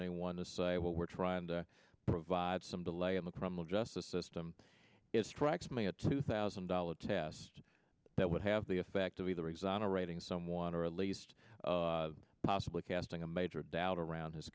anyone to say what we're trying to provide some delay in the criminal justice system it strikes me a two thousand dollar test that would have the effect of either exonerating someone or at least possibly casting a major doubt around his